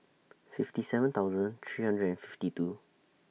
fifty seven thousand three hundred and fifty two